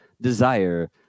desire